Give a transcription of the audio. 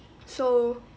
so